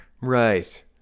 right